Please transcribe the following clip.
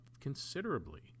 considerably